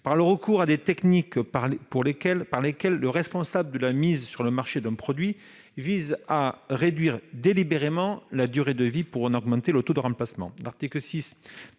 par le recours à des techniques par lesquelles le responsable de la mise sur le marché d'un produit vise à en réduire délibérément la durée de vie pour en augmenter le taux de remplacement